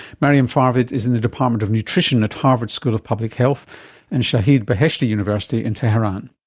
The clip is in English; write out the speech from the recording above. maryam farvid is in the department of nutrition at harvard school of public health and shahid beheshti university in tehran